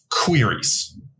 queries